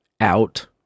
out